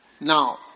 Now